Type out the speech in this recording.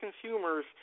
consumers